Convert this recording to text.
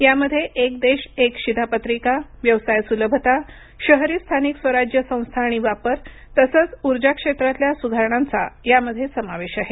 यामध्ये एक देश एक शिधापत्रिका व्यवसाय सुलभता शहरी स्थानिक स्वराज्य संस्था आणि वापर तसंच ऊर्जा क्षेत्रातल्या सुधारणांचा यामध्ये समावेश आहे